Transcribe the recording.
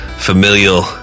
Familial